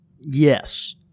yes